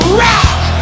rock